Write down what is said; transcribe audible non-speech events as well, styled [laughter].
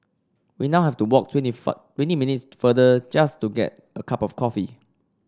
we now have to walk twenty [unintelligible] twenty minutes farther just to get a cup of coffee